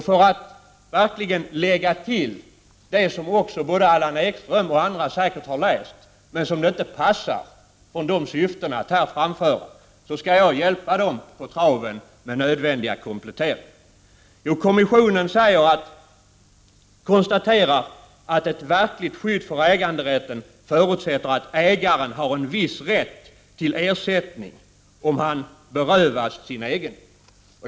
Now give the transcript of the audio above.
För att lägga till det både Allan Ekström och andra säkert har läst men som det inte passar deras syn att här framföra skall jag hjälpa dem på traven med nödvändiga kompletteringar. Kommissionen konstaterar att ett verkligt skydd för äganderätten förutsätter att ägaren har en viss rätt till ersättning om han berövas sin egendom.